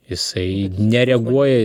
jisai nereaguoja